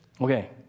Okay